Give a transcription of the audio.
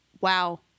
Wow